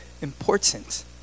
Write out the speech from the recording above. important